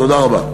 תודה רבה.